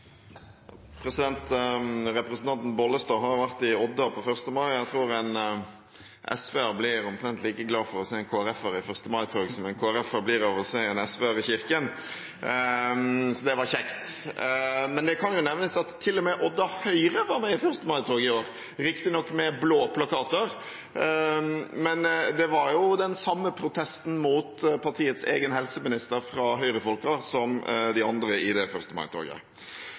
Representanten Bollestad har vært i Odda på 1. mai. Jeg tror en SV-er blir omtrent like glad for å se en KrF-er i 1. mai-tog som en Krf-er blir for å se en SV-er i kirken – så det var kjekt. Det kan nevnes at til og med Odda Høyre var med i 1. mai-tog i år, riktignok med blå plakater, men det var den samme protesten mot partiets egen helseminister fra Høyre-folkene som fra de andre i det